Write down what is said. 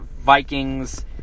Vikings